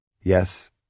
Yes